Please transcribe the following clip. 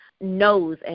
knows